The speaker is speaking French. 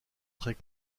très